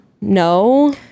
No